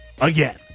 again